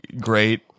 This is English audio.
great